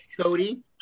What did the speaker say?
Cody